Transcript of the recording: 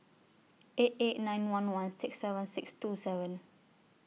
eight eight nine one one six seven six two seven